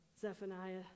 Zephaniah